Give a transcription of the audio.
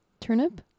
Turnip